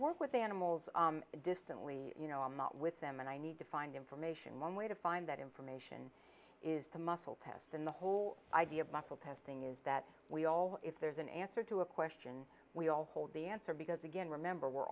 work with animals distantly you know i'm out with them and i need to find information one way to find that information is the muscle pass in the whole idea of muscle testing is that we all if there's an answer to a question we all hold the answer because again remember we're